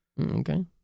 Okay